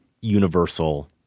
universal